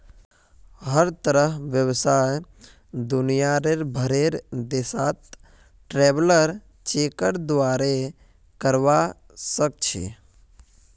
हर तरहर व्यवसाय दुनियार भरेर देशत ट्रैवलर चेकेर द्वारे करवा सख छि